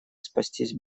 спастись